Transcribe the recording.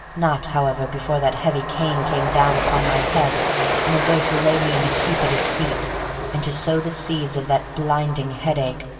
not, however, before that heavy cane came down upon my head in a way to lay me in a heap at his feet and to sow the seeds of that blinding head-ache,